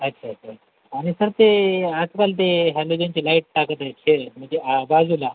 अच्छा अच्छा आणि सर ते आजकाल ते हॅलोजॉनची लाईट टाकायचे म्हणजे आ बाजूला